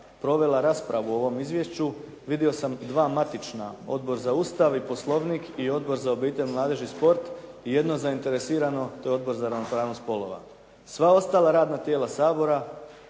provela raspravu o ovom izvješću vidio sam dva matična Odbor za Ustav i Poslovnik i Odbor za obitelj, mladež i šport i jedno zainteresirano, to je Odbor za ravnopravnost spolova. Sva ostala radna tijela Sabora